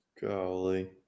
Golly